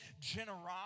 generosity